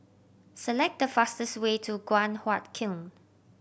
select the fastest way to Guan Huat Kiln